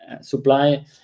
supply